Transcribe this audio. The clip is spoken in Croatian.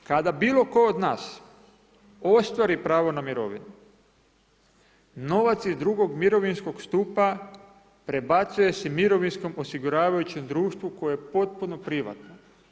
Onoga dana kada bilo tko od nas ostvari pravo na mirovinu, novac iz drugog mirovinskog stupa prebacuje se mirovinskom osiguravajućem društvu, koje je potpuno privatno.